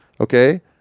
Okay